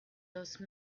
those